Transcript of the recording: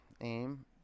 Aim